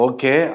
Okay